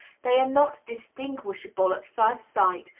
they are not distinguishable at first sight,